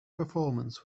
performance